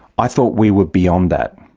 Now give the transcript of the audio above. i thought we were beyond that.